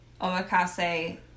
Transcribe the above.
omakase